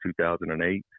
2008